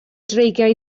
dreigiau